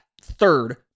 third